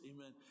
Amen